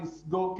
לסגור,